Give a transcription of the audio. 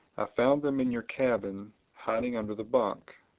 i found them in your cabin hiding under the bunk.